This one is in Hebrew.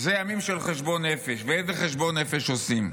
אלה ימים של חשבון נפש, ואיזה חשבון נפש עושים.